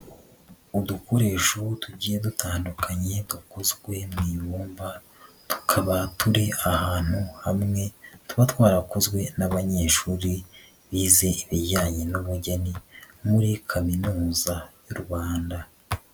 Udukoresho tugiye dutandukanye bakuru mu ibumba, tukaba turi ahantu hamwe tuba twarakozwe n'abanyeshuri bize ibijyanye n'ubugeni muri kaminuza y'u Rwanda.